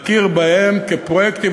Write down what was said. להכיר בהם כפרויקטים,